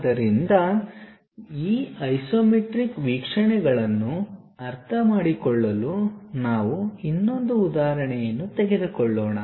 ಆದ್ದರಿಂದ ಈ ಐಸೊಮೆಟ್ರಿಕ್ ವೀಕ್ಷಣೆಗಳನ್ನು ಅರ್ಥಮಾಡಿಕೊಳ್ಳಲು ನಾವು ಇನ್ನೊಂದು ಉದಾಹರಣೆಯನ್ನು ತೆಗೆದುಕೊಳ್ಳೋಣ